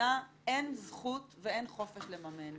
שלמדינה אין זכות ואין חופש לממן.